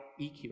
EQ